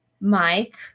mike